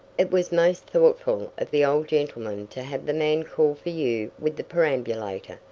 it was most thoughtful of the old gentleman to have the man call for you with the perambulator,